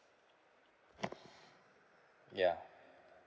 ya